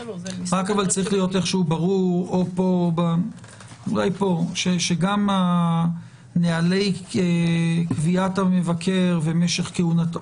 להיות ברור אולי פה שגם נהלי קביעת המבקר ומשך כהונתו